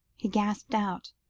he gasped out.